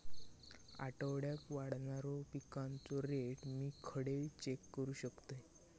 आठवड्याक वाढणारो पिकांचो रेट मी खडे चेक करू शकतय?